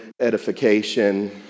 edification